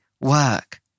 work